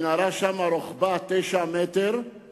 המנהרה שם רוחבה 9 מטרים,